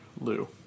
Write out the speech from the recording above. Lou